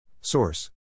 Source